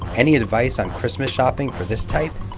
any advice on christmas shopping for this type?